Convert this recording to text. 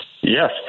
Yes